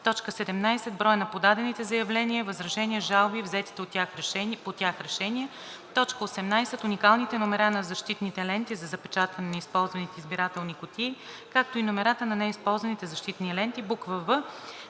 17. броят на подадените заявления, възражения, жалби и взетите по тях решения. 18. уникалните номера на защитните ленти за запечатване на използваните избирателни кутии, както и номерата на неизползваните защитни ленти.“ в) В